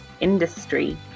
industry